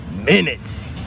Minutes